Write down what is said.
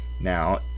Now